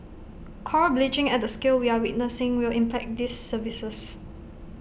Coral bleaching at the scale we are witnessing will impact these services